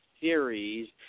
series